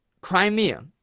Crimea